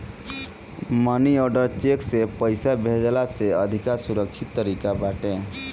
मनी order cheque से पईसा भेजला से अधिका सुरक्षित तरीका बाटे